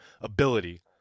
ability